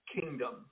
kingdom